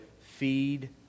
feed